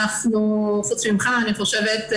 חוץ ממך אני חושבת,